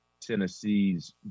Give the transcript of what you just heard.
Tennessee's